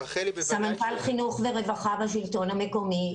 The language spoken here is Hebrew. סמנכ"ל חינוך ורווחה בשלטון המקומי.